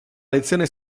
lezione